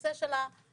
הנושא של ההקפאה.